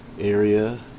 area